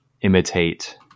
imitate